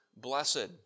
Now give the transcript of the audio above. blessed